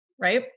right